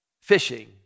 Fishing